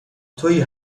تویی